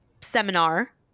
seminar